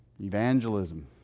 Evangelism